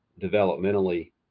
developmentally